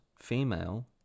female